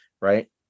right